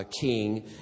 king